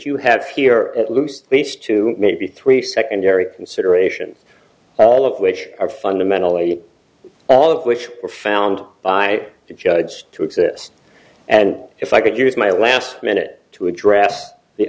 you have here at loose least two maybe three secondary consideration all of which are fundamentally all of which were found by the judge to exist and if i could use my last minute to address the